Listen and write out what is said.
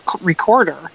recorder